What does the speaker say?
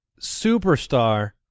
superstar